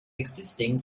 existing